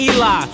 Eli